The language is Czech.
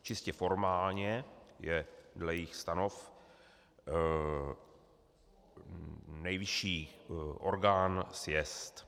Čistě formálně je dle jejích stanov nejvyšší orgán sjezd.